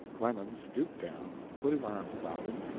clemens stooped down, put his arms about him,